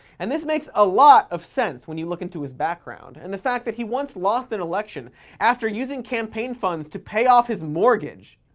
and this makes a lot of sense when you look into his background, and the fact that he once lost an election after using campaign funds to pay off his mortgage.